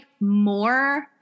more